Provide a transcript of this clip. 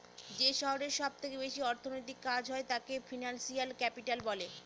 যে শহরে সব থেকে বেশি অর্থনৈতিক কাজ হয় তাকে ফিনান্সিয়াল ক্যাপিটাল বলে